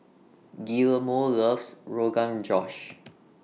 Guillermo loves Rogan Josh